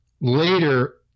later